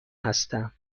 هستم